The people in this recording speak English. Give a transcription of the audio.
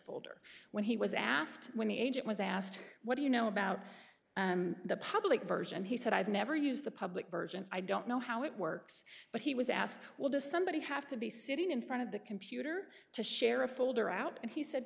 folder when he was asked when the agent was asked what do you know about the public version and he said i've never used the public version i don't know how it works but he was asked well to somebody have to be sitting in front of the computer to share a folder out and he said